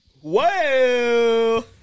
Whoa